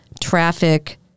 traffic